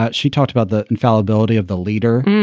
ah she talked about the and fallibility of the leader.